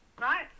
right